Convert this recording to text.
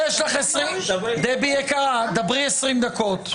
דבי יקרה, דברי 20 דקות.